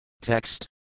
Text